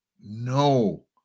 No